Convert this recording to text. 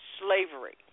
slavery